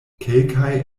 kelkaj